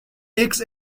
takes